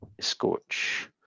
Scorch